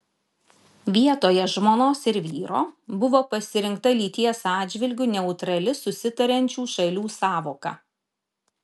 vietoje žmonos ir vyro buvo pasirinkta lyties atžvilgiu neutrali susitariančių šalių sąvoka